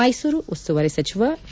ಮೈಸೂರು ಉಸ್ತುವಾರಿ ಸಚಿವ ವಿ